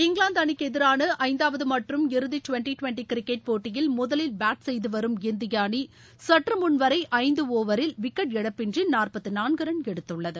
இங்கிலாந்து அணிக்கு எதிரான ஐந்தாவது மற்றும் இறதி டுவெண்டி டுவெண்டி கிரிக்கெட் போட்டியில் முதலில் டேட் செய்து வரும் இந்திய அணி சற்று முன் வரை ஒவரில் விக்கெட் இழப்பிற்கு இழப்பின்றி ரன் எடுத்துள்ளது